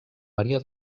maria